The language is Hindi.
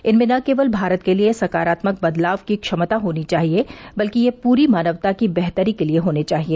इनमें न केवल भारत के लिए सकारात्मक बदलाव की क्षमता होनी चाहिए बल्कि ये पूरी मानवता की बेहतरी के लिए होने चाहिए